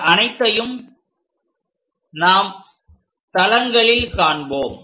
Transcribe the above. இந்த அனைத்தையும் நாம் தளங்களில் காண்போம்